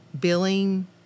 billing